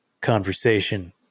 conversation